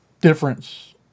difference